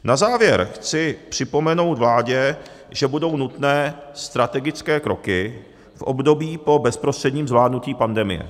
Na závěr chci připomenout vládě, že budou nutné strategické kroky v období po bezprostředním zvládnutí pandemie.